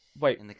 Wait